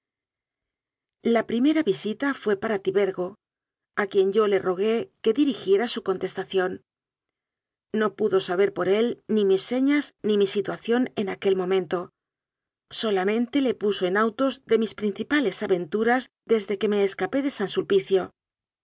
la primera visita fué para tibergo a quien yo le rogué que dirigiera su contestación no pudo saber por él ni mis señas ni mi situación en aquel momento solamente le puso en autos de mis prin cipales aventuras desde que me escapé de san sulpicio